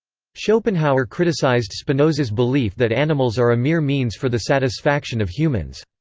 schopenhauer criticized spinoza's belief that animals are a mere means for the satisfaction of humans.